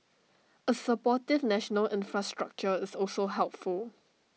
A supportive national infrastructure is also helpful